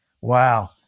Wow